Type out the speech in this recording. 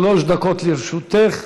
שלוש דקות לרשותך,